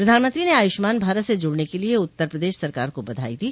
प्रधानमंत्री ने आयुष्मान भारत से जुड़ने के लिए उत्तर प्रदेश सरकार को बधाई दी